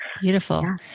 Beautiful